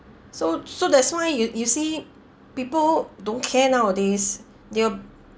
so so that's why you you see people don't care nowadays they'll